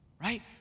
right